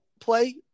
play